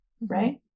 right